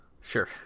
Sure